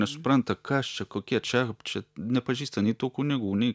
nesupranta kas čia kokie čia čia nepažįsta nei tų kunigų nei